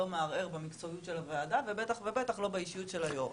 לא מערער במקצועיות של הוועדה ובטח ובטח לא באישיות של יושב הראש,